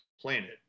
planet